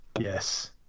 Yes